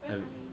um